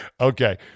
Okay